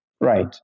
Right